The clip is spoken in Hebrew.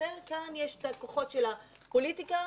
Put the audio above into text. כאן יש תהפוכות של הפוליטיקה,